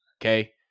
okay